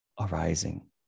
arising